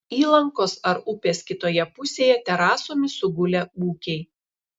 įlankos ar upės kitoje pusėje terasomis sugulę ūkiai